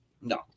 no